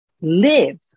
live